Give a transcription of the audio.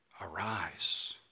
Arise